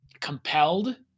compelled